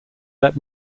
let